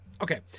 Okay